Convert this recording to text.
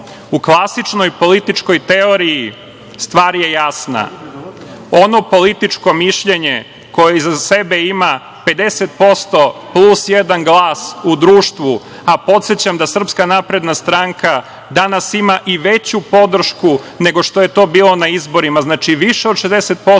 U klasičnoj političkoj teoriji stvar je jasna, ono političko mišljenje koje iza sebe ima 50% plus jedan glas u društvu, a podsećam da SNS danas ima i veću podršku nego što je to bilo na izborima, znači više od 60%,